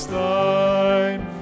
thine